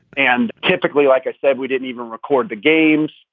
and typically, like i said, we didn't even record the games.